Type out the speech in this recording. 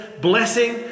blessing